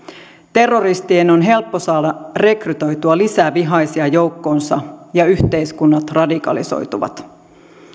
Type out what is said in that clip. terroristien on helppo saada rekrytoitua lisää vihaisia joukkoonsa ja yhteiskunnat radikalisoituvat